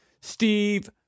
Steve